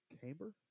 camber